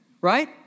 Right